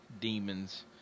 demons